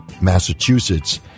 Massachusetts